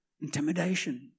intimidation